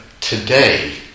today